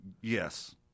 Yes